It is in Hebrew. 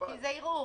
כי זה ערעור,